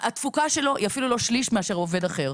התפוקה שלו היא אפילו לא שליש לעומת עובד אחר.